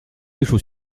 艺术